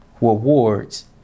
rewards